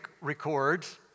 records